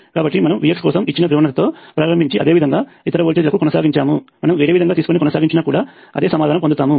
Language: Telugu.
కాబట్టి మనం Vx కోసం ఇచ్చిన ధ్రువణతతో ప్రారంభించి అదే విధంగా ఇతర వోల్టేజ్ లకు కొనసాగించాము మనం వేరే విధంగా తీసుకొని కొనసాగించినా కూడా అదే సమాధానం పొందుతాము